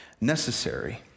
necessary